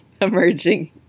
emerging